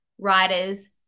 Writer's